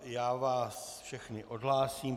Já vás všechny odhlásím.